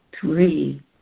Three